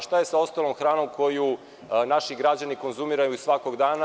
Šta je sa ostalom hranom koju naši građani konzumiraju svakog dana?